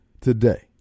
today